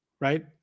right